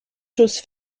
chose